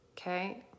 okay